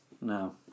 No